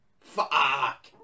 Fuck